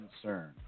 concern